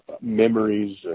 memories